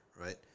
Right